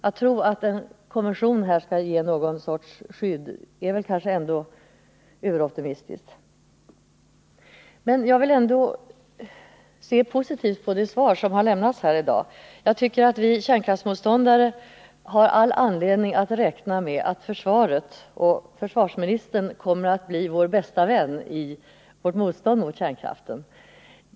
Att tro att en konvention skall ge anläggningarna någon sorts skydd är väl ändå överoptimistiskt. Men jag vill ändå se positivt på det svar som lämnats här i dag. Jag tycker att vi kärnkraftsmotståndare har all anledning att räkna med att försvaret och försvarsministern kommer att bli vår bästa vän i vårt motstånd mot 89 kärnkraften.